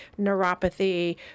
neuropathy